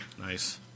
nice